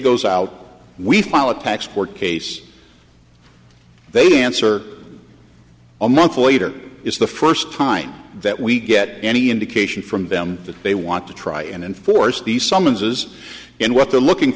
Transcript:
goes out we file a tax court case they answer a month later it's the first time that we get any indication from them that they want to try and enforce the summonses and what they're looking